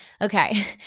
okay